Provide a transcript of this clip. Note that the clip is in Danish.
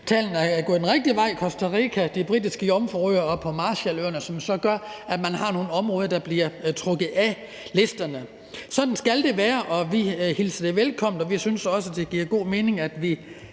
tallene er gået den rigtige vej: Costa Rica, De Britiske Jomfruøer og Marshalløerne. Det betyder, at man har nogle områder, der bliver trukket aflisterne. Sådan skal det være, og vi hilser det velkommen. Vi synes også, at det giver god mening, at vi